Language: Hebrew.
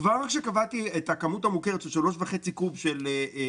כבר כשקבעתי את הכמות המוכרת של 3.5 קוב ב-6.4,